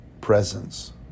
presence